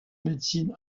médecine